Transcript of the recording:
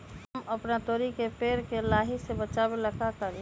हम अपना तोरी के पेड़ के लाही से बचाव ला का करी?